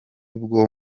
bwo